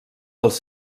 dels